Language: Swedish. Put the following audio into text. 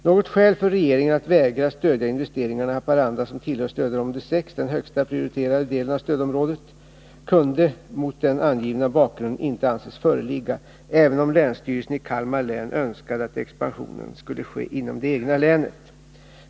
Något skäl för regeringen att vägra stödja investeringarna i Haparanda, som tillhör stödområde 6 — den högst prioriterade delen av stödområdet — kunde mot den angivna bakgrunden inte anses föreligga, även om länsstyrelsen i Kalmar län önskade att expansionen skulle ske inom det egna länet.